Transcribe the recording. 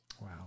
wow